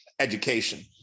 Education